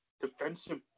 defensive